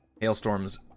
hailstorms